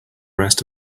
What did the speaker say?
rest